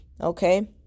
Okay